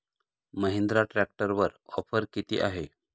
महिंद्रा ट्रॅक्टरवर ऑफर किती आहे?